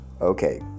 Okay